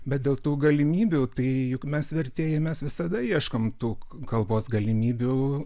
bet dėl tų galimybių tai juk mes vertėjų mes visada ieškom tų kalbos galimybių